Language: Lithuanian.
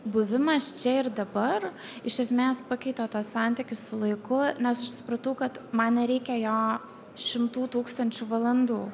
buvimas čia ir dabar iš esmės pakeitė tą santykį su laiku nes supratau kad man nereikia jo šimtų tūkstančių valandų